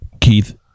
Keith